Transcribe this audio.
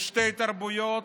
לשתי תרבויות.